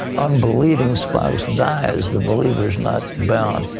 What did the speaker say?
unbelieving spouse dies, the believer is not bound.